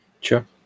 Sure